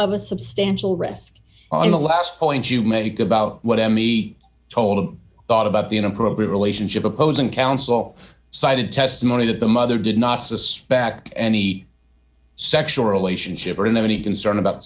of a substantial risk on the last point you make about whatever he told them thought about the inappropriate relationship opposing counsel cited testimony that the mother did not suspect any sexual relationship or in any concern about